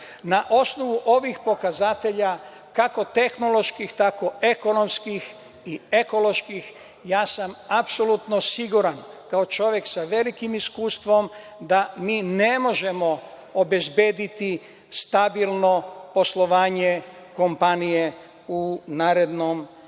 Na osnovu ovih pokazatelja, kako tehnoloških, tako ekonomskih i ekoloških, ja sam apsolutno siguran, kao čovek sa velikim iskustvom, da mi ne možemo obezbediti stabilno poslovanje kompanije u narednom